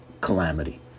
calamity